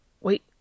Wait